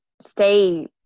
stay